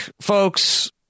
folks